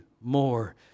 more